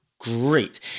great